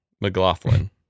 McLaughlin